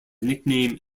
nickname